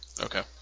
Okay